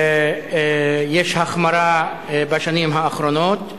יש החמרה בשנים האחרונות.